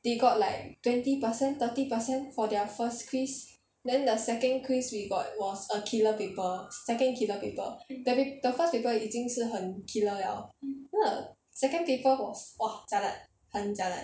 they got like twenty percent thirty percent for their first quiz then the second quiz we got was a killer paper second killer paper the first people 已经是很 killer liao 真的 second paper was !wah! jialat 很 jialat